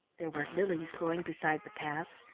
there were lilies growing beside the paths,